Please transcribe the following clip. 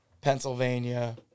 Pennsylvania